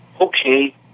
okay